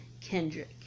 Kendrick